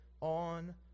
on